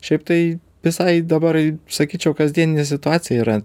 šiaip tai visai dabar sakyčiau kasdieninė situacija yra